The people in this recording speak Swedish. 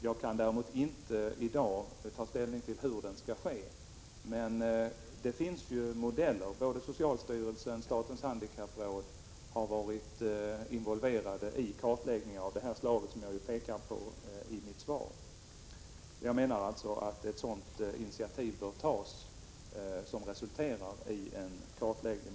Jag kan däremot inte i dag ta ställning till hur den skall ske, men det finns ju olika modeller. Både socialstyrelsen och statens handikappråd har varit involverade i kartläggningar av det här slaget, som jag har pekat på i mitt svar. Jag menar alltså att ett sådant initiativ bör tas som resulterar i en kartläggning.